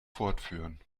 fortführen